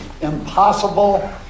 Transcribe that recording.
impossible